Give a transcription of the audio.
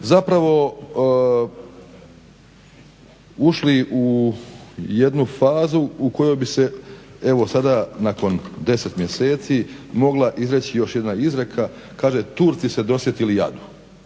zapravo ušli u jednu fazu u koju bi se evo sada nakon 10 mjeseci mogla izreći još jedna izreka kaže "Turci se dosjetili jadu"